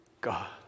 God